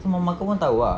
so mama kau pun tahu ah